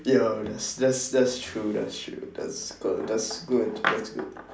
yo that's that's that's true that's true that's cool that's good that's good